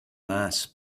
mass